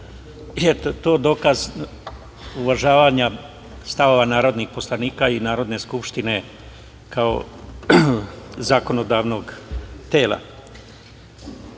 je to dokaz uvažavanja stavova narodnih poslanika i Narodne skupštine, kao zakonodavnog tela. Kada